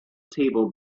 table